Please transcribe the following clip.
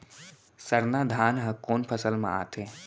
सरना धान ह कोन फसल में आथे?